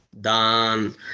done